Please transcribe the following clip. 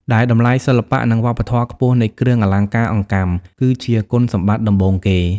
ដែលតម្លៃសិល្បៈ និងវប្បធម៌ខ្ពស់នៃគ្រឿងអលង្ការអង្កាំ គឺជាគុណសម្បត្តិដំបូងគេ។